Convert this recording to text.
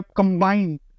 combined